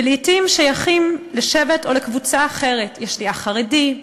ולעתים שייכים לשבט או לקבוצה אחרת: יש לי אח חרדי,